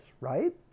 right